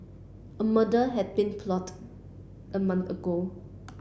a murder had been plot a month ago